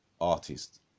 artist